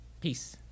Peace